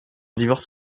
divorce